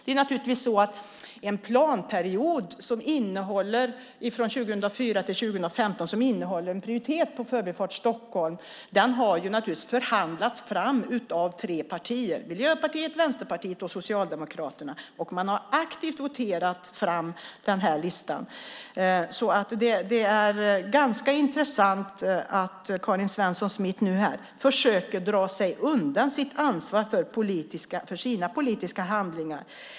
En planperiod från 2004 till 2015 som innehåller en prioritering av Förbifart Stockholm har förhandlats fram av tre partier, nämligen Miljöpartiet, Vänsterpartiet och Socialdemokraterna. De har aktivt röstat för den listan. Därför är det ganska intressant att nu höra Karin Svensson Smith försöka dra sig undan ansvaret för sina politiska handlingar.